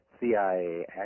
CIA